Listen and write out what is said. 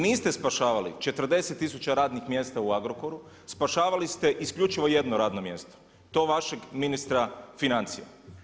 Niste spašavali 40 tisuća radnih mjesta u Agrokoru, spašavali ste isključivo jedno radno mjesto i to vašeg ministra financija.